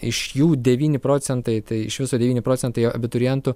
iš jų devyni procentai tai iš viso devyni procentai abiturientų